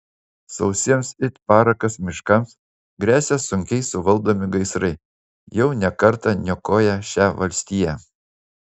sausiems it parakas miškams gresia sunkiai suvaldomi gaisrai jau ne kartą niokoję šią valstiją